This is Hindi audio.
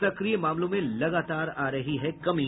सक्रिय मामलों में लगातार आ रही है कमी